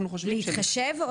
אנחנו חושבים --- להתחשב בהן,